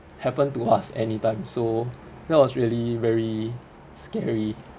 happen to us anytime so that was really very scary